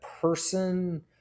person